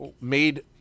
made